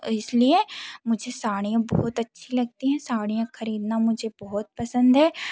इसलिए मुझे साड़ियाँ बहुत अच्छी लगती है साड़ियाँ खरीदना मुझे बहुत पसंद है